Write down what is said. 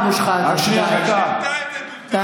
הכנסת אבו שחאדה, די.